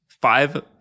Five